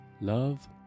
love